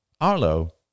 Arlo